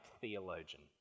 theologian